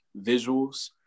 visuals